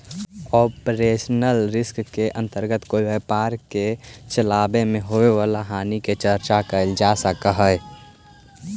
operational risk के अंतर्गत कोई व्यापार के चलावे में होवे वाला हानि के चर्चा कैल जा सकऽ हई